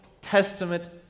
testament